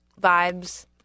vibes